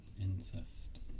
incest